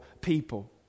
people